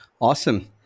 Awesome